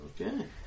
Okay